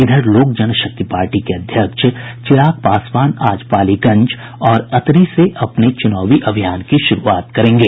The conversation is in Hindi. इधर लोक जन शक्ति पार्टी के अध्यक्ष चिराग पासवान आज पालीगंज और अतरी से अपने चूनावी अभियान की शुरूआत करेंगे